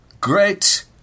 great